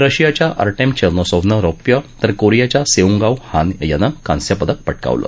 रशियाच्या अर्टेम चेर्नोसोव्हनं रौप्य तर कोरियाच्या सेऊंगावू हान यानं कांस्यपदक पटकावलं